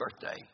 birthday